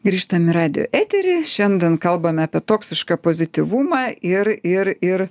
grįžtam į radijo eterį šiandien kalbam apie toksišką pozityvumą ir ir ir